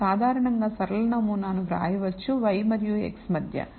మరియు సాధారణంగా సరళ నమూనాను వ్రాయవచ్చు y మరియు x మధ్య